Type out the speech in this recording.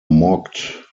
mocked